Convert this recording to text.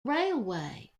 railway